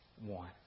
one